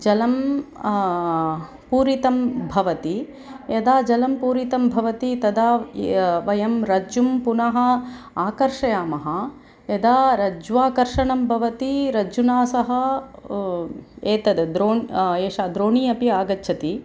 जलं पूरितं भवति यदा जलं पूरितं भवति तदा य वयं रज्जुं पुनः आकर्षयामः यदा रज्ज्वाकर्षणं भवति रज्जुना सह एषा द्रोणी एषा द्रोणी अपि आगच्छति